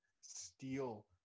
steal